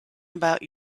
about